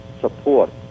support